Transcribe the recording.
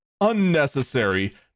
unnecessary